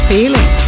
Feeling